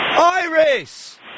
Iris